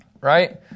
right